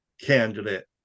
candidate